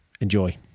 Enjoy